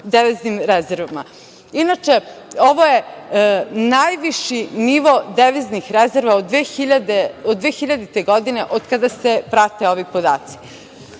deviznim rezervama. Inače, ovo je najviši nivo deviznih rezerva od 2000. godine, od kada se prate ovi podaci. Čak